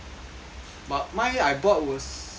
but mine I bought was like